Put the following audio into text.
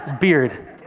beard